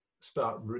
start